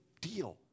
deal